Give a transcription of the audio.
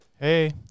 Hey